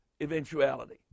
eventuality